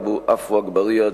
עפו אגבאריה,